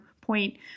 point